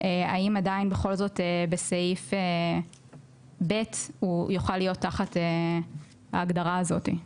האם עדיין בכל זאת בסעיף (ב) הוא יוכל להיות תחת ההגדרה הזאת?